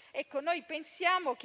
Riteniamo quindi